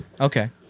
Okay